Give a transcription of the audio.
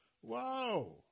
whoa